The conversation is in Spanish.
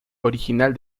original